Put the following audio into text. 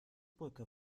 brücke